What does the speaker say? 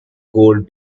gold